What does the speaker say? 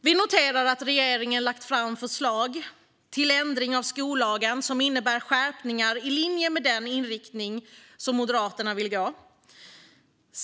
Vi noterar att regeringen lagt fram förslag till ändring av skollagen som innebär skärpningar i linje med den inriktning som Moderaterna vill se.